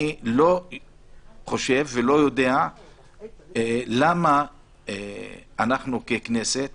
אני לא חושב ולא יודע למה אנחנו ככנסת